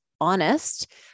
honest